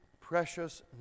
precious